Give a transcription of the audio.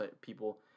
people